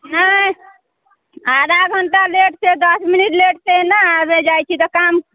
नहि आधा घंटा लेटसँ दस मिनट लेटसँ ने आबै जाइत छी तऽ काम